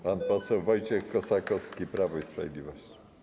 Pan poseł Wojciech Kossakowski, Prawo i Sprawiedliwość.